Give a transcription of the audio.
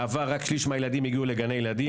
בעבר רק כשליש מהילדים הגיעו לגני ילדים.